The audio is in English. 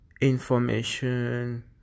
information